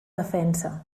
defensa